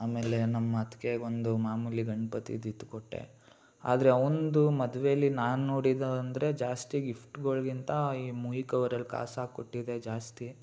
ಆಮೇಲೆ ನಮ್ಮ ಅತ್ಗೆಗೆ ಒಂದು ಮಾಮೂಲಿ ಗಣ್ಪತಿದು ಇದು ಕೊಟ್ಟೆ ಆದರೆ ಅವನ್ದು ಮದ್ವೆಯಲ್ಲಿ ನಾನು ನೋಡಿದ್ದಂದರೆ ಜಾಸ್ತಿ ಗಿಫ್ಟ್ಗಳ್ಗಿಂತ ಈ ಮುಯಿ ಕವರಲ್ಲಿ ಕಾಸು ಹಾಕ್ ಕೊಟ್ಟಿದ್ದೇ ಜಾಸ್ತಿ